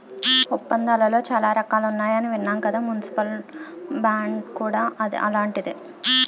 ఒప్పందాలలో చాలా రకాలున్నాయని విన్నాం కదా మున్సిపల్ బాండ్ కూడా అలాంటిదే